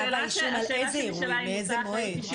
השאלה שנשאלה, האם הוטלה אחריות אישית?